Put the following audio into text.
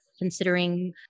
considering